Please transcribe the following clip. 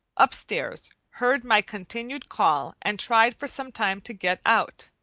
upstairs, heard my continued call and tried for some time to get out.